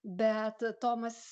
bet tomas